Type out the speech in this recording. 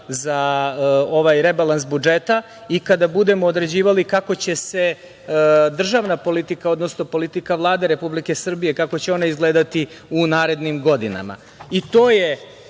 ovaj rebalans budžeta i kada budemo određivali kako će se državna politika, odnosno politika Vlade Republike Srbije kako će izgledati u narednim godinama. To je